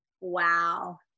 Wow